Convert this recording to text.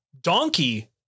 Donkey